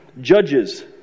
judges